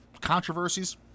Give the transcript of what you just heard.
controversies